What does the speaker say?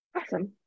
Awesome